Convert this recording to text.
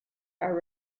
are